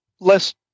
less